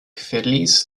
verließ